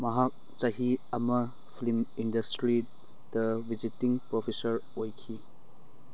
ꯃꯍꯥꯛ ꯆꯍꯤ ꯑꯃ ꯐ꯭ꯂꯤꯝ ꯏꯟꯗꯁꯇ꯭ꯔꯤꯗ ꯚꯤꯖꯤꯇꯤꯡ ꯄ꯭ꯔꯣꯐꯦꯁꯔ ꯑꯣꯏꯈꯤ